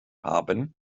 haben